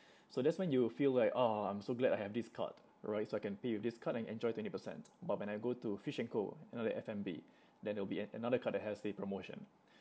so that's when you will feel like orh I'm so glad I have this card right so I can pay with this card and enjoy twenty percent but when I go to Fish and Co you know the F and B then there will be an~ another card that has a promotion